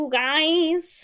guys